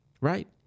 right